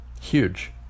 Huge